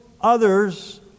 others